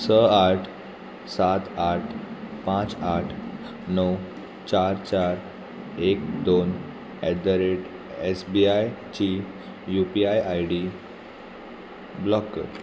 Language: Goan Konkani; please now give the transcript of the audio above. स आठ सात आठ पांच आठ णव चार चार एक दोन at the rate S B I ची U P I I D block कर